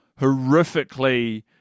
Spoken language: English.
horrifically